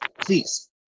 please